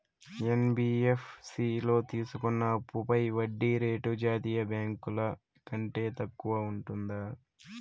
NBFC లో తీసుకున్న అప్పుపై వడ్డీ రేటు జాతీయ బ్యాంకు ల కంటే తక్కువ ఉంటుందా?